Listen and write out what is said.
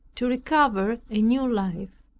to recover a new life.